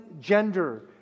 gender